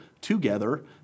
together